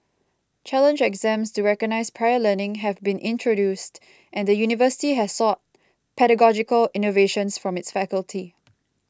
challenge exams to recognise prior learning have been introduced and the university has sought pedagogical innovations from its faculty